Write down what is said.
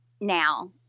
now